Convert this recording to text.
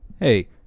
Hey